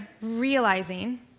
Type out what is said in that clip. realizing